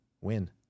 Win